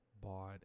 bought